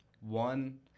One—